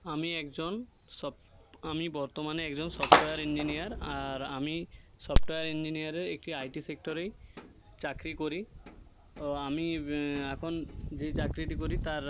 আমি একজন সপ আমি বর্তমানে একজন সফটওয়্যার ইঞ্জিনিয়ার আর আমি সফটওয়্যার ইঞ্জিনিয়ারের একটি আইটি সেক্টরেই চাকরি করি ও আমি এখন যে চাকরিটি করি তার